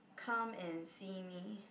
come and see me